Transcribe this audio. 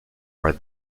are